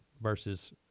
versus